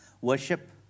Worship